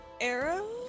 Arrow